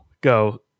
go